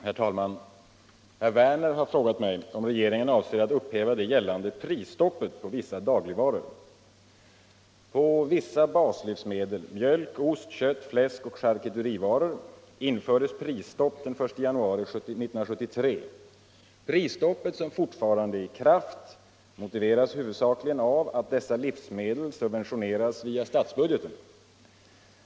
Herr talman! Herr Werner har frågat mig om regeringen avser all upphäva det gällande prisstoppet på vissa dagligvaror. På vissa baslivsmedel — mjölk, ost, kött, fläsk och charkulterivaror — infördes prisstopp den I januari 1973. Prisstoppet. som fortfarande är i kraft. motiveras huvudsakligen av att dessa livsmedel subventioneras via statsbudgeten.